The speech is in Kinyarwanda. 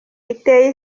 biteye